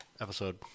episode